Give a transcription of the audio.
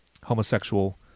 Homosexual